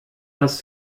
hast